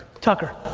tucker.